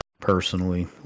personally